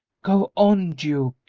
go on, duke!